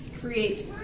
create